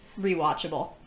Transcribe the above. rewatchable